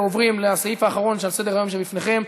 ועוברים לסעיף האחרון שעל סדר-היום שלפניכם,